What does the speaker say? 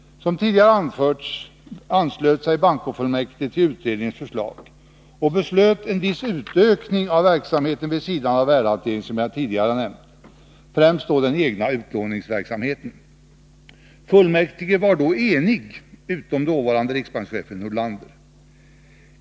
Som tidigare anförts, anslöt sig bankofullmäktige till utredningens förslag och beslöt en viss utökning av verksamheten vid sidan av värdehanteringen, främst då den egna utlåningsverksamheten. Fullmäktige var eniga utom dåvarande riksbankschefen Nordlander.